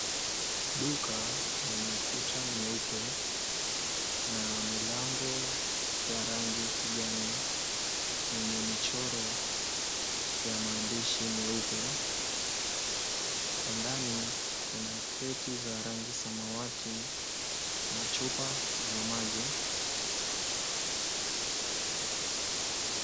Duka lenye kuta nyeupe na milango ya rangi kijani yenye michoro ya maandishi meupe. Kwa ndani, kuna kreti za rangi samawati na chupa za maji.